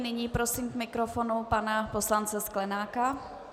Nyní prosím k mikrofonu pana poslance Sklenáka.